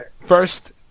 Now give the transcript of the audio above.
first